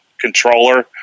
controller